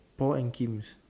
Paul and Kim's